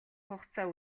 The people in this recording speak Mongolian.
хугацаа